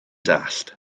dallt